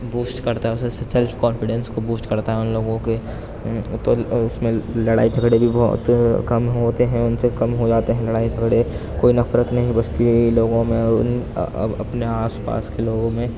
boost کرتا ہے اسے سیلف کانفیڈنس کو بوسٹ کرتا ہے ان لوگوں کے تو اس میں لڑائی جھگڑے بھی بہت کم ہوتے ہیں ان سے کم ہو جاتے ہیں لڑائی جھگڑے کوئی نفرت نہیں بچتی لوگوں میں ان اب اپنے آس پاس کے لوگوں میں